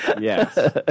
Yes